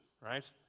right